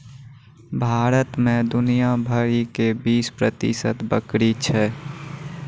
भारत मे दुनिया भरि के बीस प्रतिशत बकरी छै